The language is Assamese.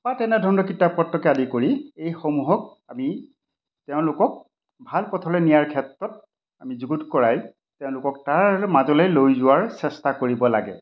বা তেনেধৰণৰ কিতাপ পত্ৰকে আদি কৰি এইসমূহক আমি তেওঁলোকক ভাল পথলৈ নিয়াৰ ক্ষেত্ৰত আমি যুগুত কৰাই তেওঁলোকক তাৰ মাজলৈ লৈ যোৱাৰ চেষ্টা কৰিব লাগে